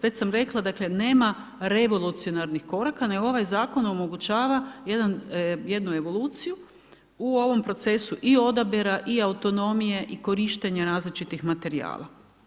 Već sam rekla, dakle, nema revolucionarnih koraka, nego ovaj zakon omogućava jednu evoluciju u ovom procesu i odabira i autonomije i korištenja različitih materijala.